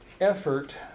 effort